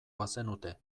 bazenute